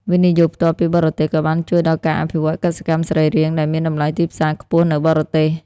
វិនិយោគផ្ទាល់ពីបរទេស ក៏បានជួយដល់ការអភិវឌ្ឍ "កសិកម្មសរីរាង្គ" ដែលមានតម្លៃទីផ្សារខ្ពស់នៅបរទេស។